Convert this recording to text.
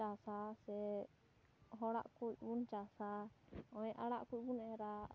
ᱪᱟᱥᱟ ᱥᱮ ᱦᱚᱲᱟᱜ ᱠᱚᱵᱚᱱ ᱪᱟᱥᱟ ᱱᱚᱜᱼᱚᱭ ᱟᱲᱟᱜ ᱠᱚᱵᱚᱱ ᱮᱨᱟ